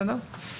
בסדר?